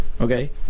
okay